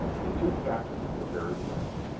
the two captains were very silent.